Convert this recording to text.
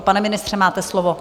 Pane ministře, máte slovo.